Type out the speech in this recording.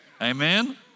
Amen